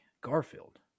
Garfield